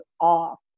off